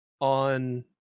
on